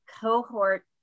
cohort